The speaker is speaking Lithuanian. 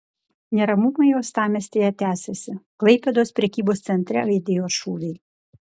neramumai uostamiestyje tęsiasi klaipėdos prekybos centre aidėjo šūviai